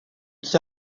qui